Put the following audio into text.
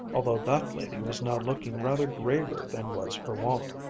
although that lady was now looking rather graver than was her wont,